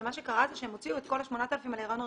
ומה שקרה זה שהן הוציאו את כל ה-8,000 על ההריון הראשון.